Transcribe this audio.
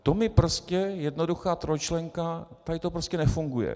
To mi prostě jednoduchá trojčlenka tady to prostě nefunguje.